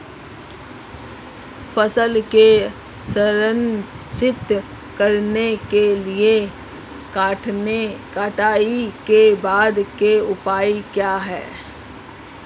फसल को संरक्षित करने के लिए कटाई के बाद के उपाय क्या हैं?